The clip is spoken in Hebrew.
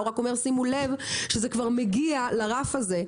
הוא אמר: שימו לב שזה כבר מגיע לרף הזה,